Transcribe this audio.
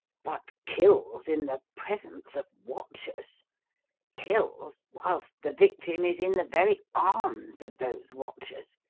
but kills in the presence of watchers kills whilst the victim is in the very arms of those watchers!